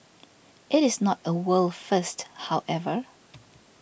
it is not a world first however